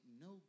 no